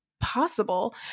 possible